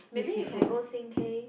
maybe we can go sing K